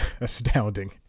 astounding